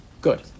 good